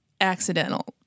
accidental